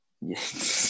Yes